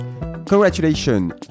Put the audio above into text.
Congratulations